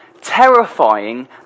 terrifying